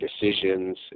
decisions